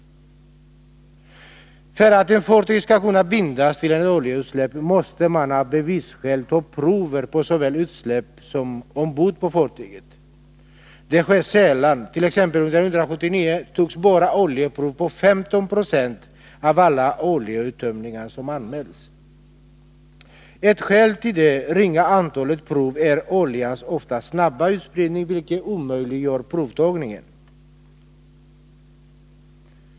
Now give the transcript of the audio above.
För att ett fartyg skall kunna bindas till ett oljeutsläpp måste man, av bevisskäl, ta prover på såväl utsläpp som den olja som finns ombord på fartyget. Det sker sällan. 1979 togs t.ex. bara oljeprov på 15 96 av alla oljeuttömningar som anmäldes. Ett skäl till det ringa antalet prov är oljans ofta snabba utspridning, vilket omöjliggör provtagning.